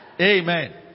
Amen